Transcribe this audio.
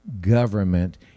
government